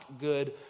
good